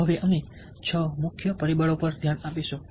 હવે અમે 6 મુખ્ય પરિબળો પર ધ્યાન આપીશું